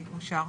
הצבעה אושר